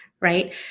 right